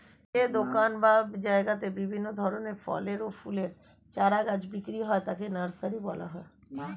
যে দোকান বা জায়গাতে বিভিন্ন ধরনের ফলের ও ফুলের চারা গাছ বিক্রি হয় তাকে নার্সারি বলা হয়